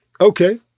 Okay